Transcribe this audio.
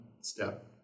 step